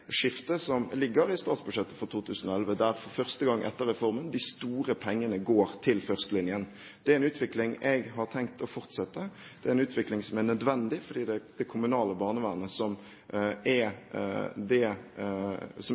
skiftet som ligger i statsbudsjettet for 2011, der de store pengene for første gang etter reformen går til førstelinjen. Det er en utvikling jeg har tenkt å fortsette, og det er en utvikling som er nødvendig, fordi det er det kommunale barnevernet som er den første linjen som